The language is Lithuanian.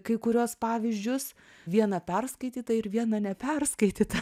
kai kuriuos pavyzdžius viena perskaityta ir viena neperskaityta